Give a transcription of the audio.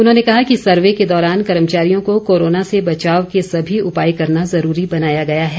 उन्होंने कहा कि सर्वे के दौरान कर्मचारियों को कोरोना से बचाव के समी उपाय करना ज़रूरी बनाया गया है